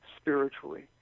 spiritually